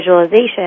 visualization